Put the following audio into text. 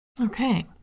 Okay